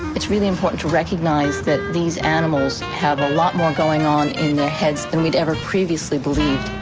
it's really important to recognise that these animals have a lot more going on in their heads than we'd ever previously believed,